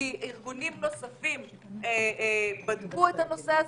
כי ארגונים נוספים בדקו את הנושא הזה,